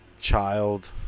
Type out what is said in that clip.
child